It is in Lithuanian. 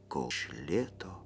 koš lėto